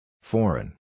Foreign